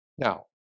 Now